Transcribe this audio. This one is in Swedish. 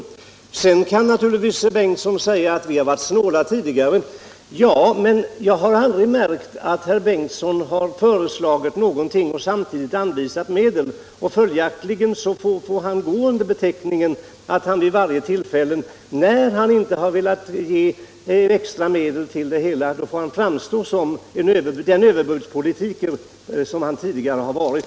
Herr Bengtson kan naturligtvis säga att vi har varit snåla tidigare. Ja, men jag har aldrig märkt att herr Bengtson har föreslagit någonting och samtidigt anvisat medel. Följaktligen får herr Bengtson, vid varje tillfälle när han inte vill ge extra medel, framstå som den överbudspolitiker han tidigare varit.